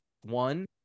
One